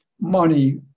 money